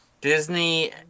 Disney